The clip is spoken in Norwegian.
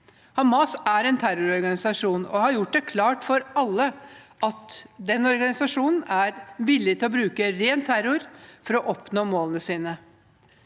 Hamas er en terrororganisasjon og har gjort det klart for alle at de er villige til å bruke ren terror for å oppnå målene sine.